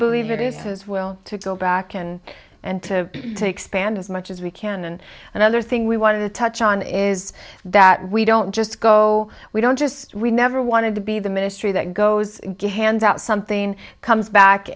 believe it is his will to go back and and to take span as much as we can and another thing we want to touch on is that we don't just go we don't just we never wanted to be the ministry that goes ganz out something comes back